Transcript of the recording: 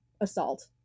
assault